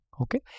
Okay